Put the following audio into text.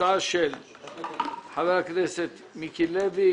הצעה של חברי הכנסת מיקי לוי,